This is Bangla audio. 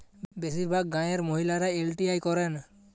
বেশিরভাগ গাঁয়ের মহিলারা এল.টি.আই করেন